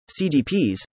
CDPs